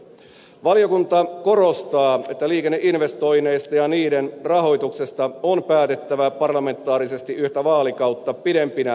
valiokunta korostaa että liikenneinvestoinneista ja niiden rahoituksesta on päätettävä parlamentaarisesti yhtä vaalikautta pidempinä kokonaisuuksina